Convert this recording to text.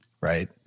right